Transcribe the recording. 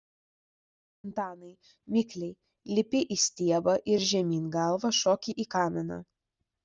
antanai mikliai lipi į stiebą ir žemyn galva šoki į kaminą